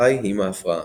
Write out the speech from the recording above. החי עם ההפרעה.